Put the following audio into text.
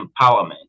empowerment